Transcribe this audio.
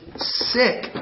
Sick